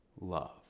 love